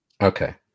Okay